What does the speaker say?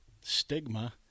stigma